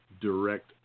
direct